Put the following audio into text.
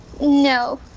No